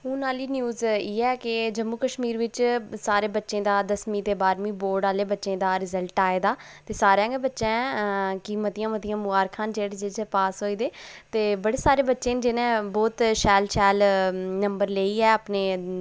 हून आह्ली न्यूज इ'यै कि जम्मू कश्मीर बिच्च सारे बच्चें दा दसमीं ते बाह्रमीं बोर्ड आह्ले बच्चें दा रिजल्ट आए दा ते सारें गै बच्चें गी मतियां मतियां मुबारखां न जेह्ड़े जेह्ड़े बच्चे पास होई ऐ दे बड़े सारे बच्चे न जि'यां बहुत शैल शैल नम्बर लेइयै अपने